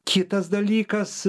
kitas dalykas